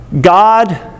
God